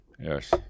Yes